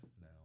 now